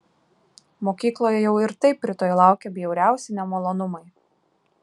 mokykloje jau ir taip rytoj laukė bjauriausi nemalonumai